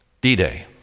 D-Day